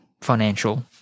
financial